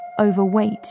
overweight